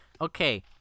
Okay